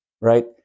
Right